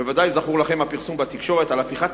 בוודאי זכור לכם הפרסום בתקשורת על הפיכת